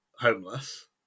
homeless